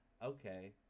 Okay